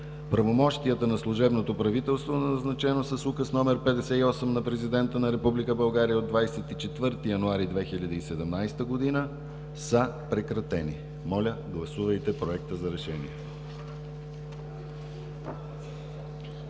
Правомощията на служебното правителство, назначено с Указ № 58 на Президента на Република България от 24 януари 2017 г., са прекратени.“ Моля, гласувайте Проекта за решение.